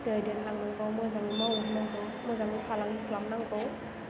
दैदेनलांनांगौ मोजाङै मावहोनांगौ मोजाङै फालांगि खालामनांगौ